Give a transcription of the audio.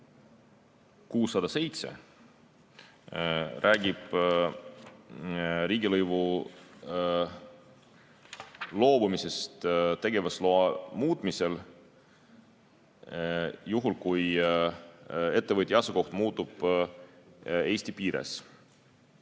607 räägib riigilõivust loobumisest tegevusloa muutmisel, juhul kui ettevõtja asukoht muutub Eesti piires.